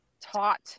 taught